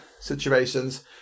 situations